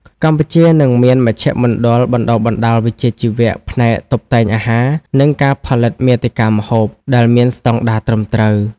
កម្ពុជានឹងមានមជ្ឈមណ្ឌលបណ្តុះបណ្តាលវិជ្ជាជីវៈផ្នែកតុបតែងអាហារ និងការផលិតមាតិកាម្ហូប ដែលមានស្តង់ដារត្រឹមត្រូវ។